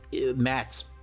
Matt's